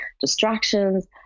distractions